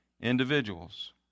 individuals